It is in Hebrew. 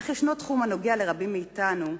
אך יש תחום הנוגע לרבים מאתנו,